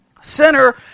sinner